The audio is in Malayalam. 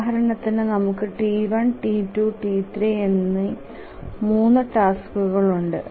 ഉദാഹരണത്തിന് നമുക്ക് T1 T2 T3 എന്നീ 3 ടാസ്കുകൾ ഉണ്ട്